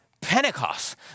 Pentecost